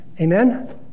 Amen